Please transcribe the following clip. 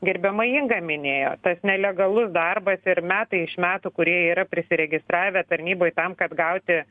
gerbiama inga minėjo tas nelegalus darbas ir metai iš metų kurie yra prisiregistravę tarnyboj tam kad gauti